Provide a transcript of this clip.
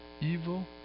Evil